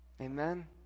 Amen